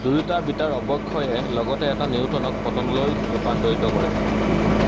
দুয়োটা বিটাৰ অৱক্ষয়ে লগতে এটা নিউটনক পতনলৈ ৰূপান্তৰিত কৰে